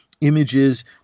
images